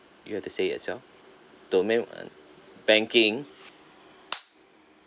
you have to say that as well domain one banking